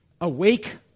Awake